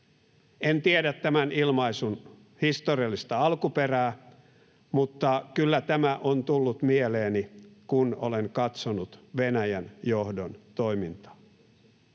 En tiedä tämän ilmaisun historiallista alkuperää, mutta kyllä tämä on tullut mieleeni, kun olen katsonut Venäjän johdon toimintaa.